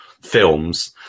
films